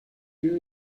lieu